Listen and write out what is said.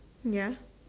ya